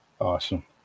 Awesome